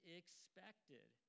expected